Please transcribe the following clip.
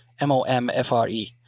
M-O-M-F-R-E